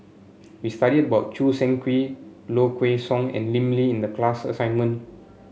we studied about Choo Seng Quee Low Kway Song and Lim Lee in the class assignment